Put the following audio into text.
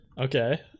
okay